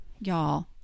y'all